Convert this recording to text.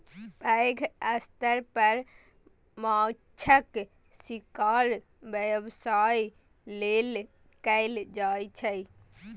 पैघ स्तर पर माछक शिकार व्यवसाय लेल कैल जाइ छै